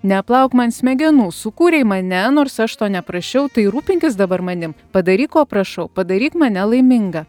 neplauk man smegenų sukūrei mane nors aš to neprašiau tai rūpinkis dabar manim padaryk ko prašau padaryk mane laimingą